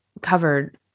covered